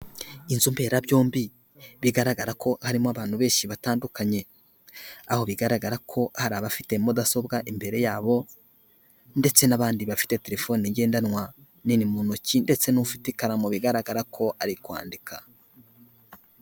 Inzu mberabyombi bigaragara ko harimo abantu benshi batandukanye, aho bigaragara ko hari abafite mudasobwa imbere yabo ndetse n'abandi bafite telefone ngendanwa nini mu ntoki ndetse n'ufite ikaramu bigaragara ko ari kwandika.